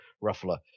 ruffler